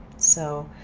so,